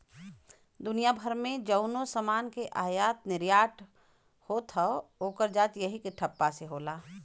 दुनिया भर मे जउनो समान के आयात निर्याट होत हौ, ओकर जांच यही के ठप्पा से होला